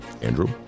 Andrew